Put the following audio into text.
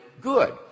good